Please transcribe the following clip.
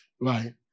right